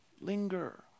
Linger